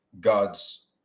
God's